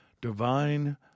divine